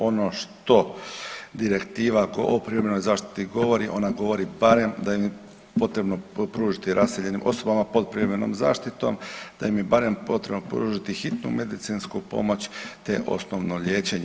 Ono što direktiva o privremenoj zaštiti govori, ona govori da je potrebno pružiti raseljenim osobama pod privremenom zaštitom da im je barem potrebno pružiti hitnu medicinsku pomoć te osnovno liječenje.